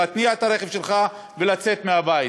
להתניע את הרכב ולצאת מהבית.